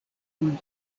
kun